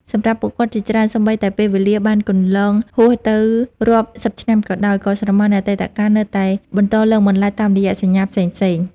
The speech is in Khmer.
សម្រាប់ពួកគាត់ជាច្រើន សូម្បីតែពេលវេលាបានកន្លងហួសទៅរាប់សិបឆ្នាំក៏ដោយ ក៏ស្រមោលនៃអតីតកាលនៅតែបន្តលងបន្លាចតាមរយៈសញ្ញាផ្សេងៗ។